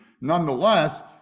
nonetheless